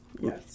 Yes